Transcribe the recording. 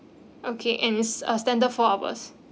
okay it's uh standard four hours